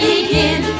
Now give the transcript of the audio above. begin